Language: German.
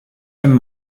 dem